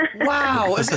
Wow